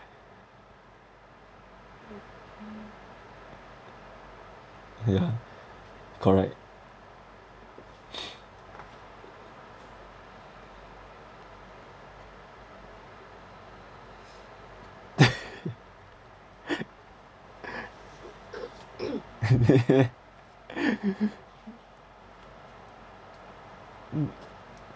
uh yeah correct mm